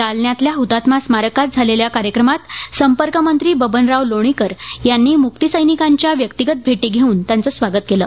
जालन्यातल्या हतात्मा स्मारकात झालेल्या कार्यक्रमात संपर्कमंत्री बबनराव लोणीकर यांनी मुक्तीसैनिकांच्या व्यक्तिगत भेटी घेऊन त्याचं स्वागत केलं